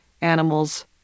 animals